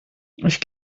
ich